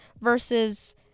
versus